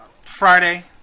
Friday